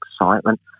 excitement